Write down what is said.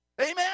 Amen